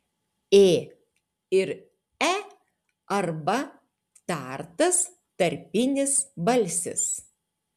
ė ir e arba tartas tarpinis balsis